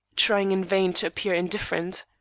trying in vain to appear indifferent.